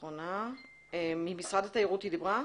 המחמירות ביותר,